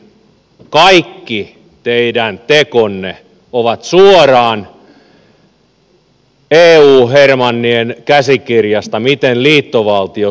kuitenkin kaikki teidän tekonne ovat suoraan eu hermannien käsikirjasta miten liittovaltio synnytetään